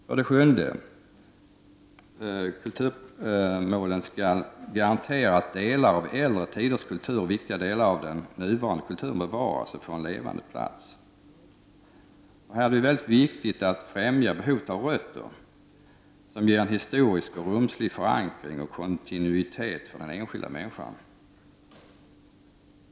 För det sjunde skall kulturmålen garantera att delar av äldre tiders kultur och viktiga delar av den nuvarande kulturen bevaras och får en levande plats. Det är viktigt att främja behovet av ”rötter”, som ger en historisk och rumslig förankring och kontinuitet för den enskilda människan.